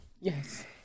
Yes